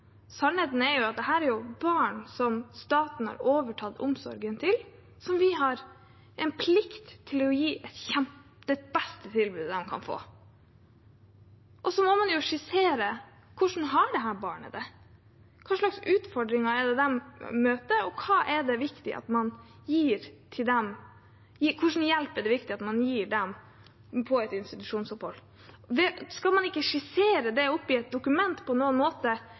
Sannheten er jo at dette er barn som staten har overtatt omsorgen for, og som vi har en plikt til å gi det beste tilbudet de kan få. Så må man jo skissere hvordan disse barna har det. Hva slags utfordringer møter de, og hvilken hjelp er det viktig at man gir dem på et institusjonsopphold? Skal man ikke skissere det i et dokument på noen måte,